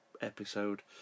episode